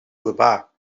urbà